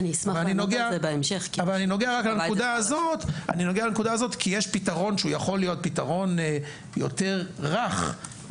ואני נוגע בנקודה הזאת כי יש פתרון שהוא יכול להיות פתרון יותר רך,